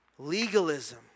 legalism